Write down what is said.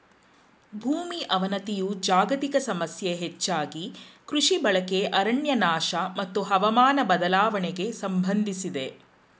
ಭೂಮಿ ಅವನತಿಯು ಜಾಗತಿಕ ಸಮಸ್ಯೆ ಹೆಚ್ಚಾಗಿ ಕೃಷಿ ಬಳಕೆ ಅರಣ್ಯನಾಶ ಮತ್ತು ಹವಾಮಾನ ಬದಲಾವಣೆಗೆ ಸಂಬಂಧಿಸಿದೆ